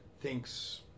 thinks